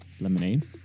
lemonade